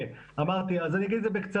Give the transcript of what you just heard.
אני אגיד את זה בקצרה,